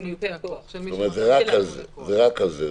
זה רק על זה.